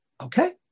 okay